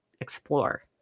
explore